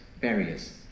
barriers